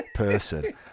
Person